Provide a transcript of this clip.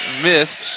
Missed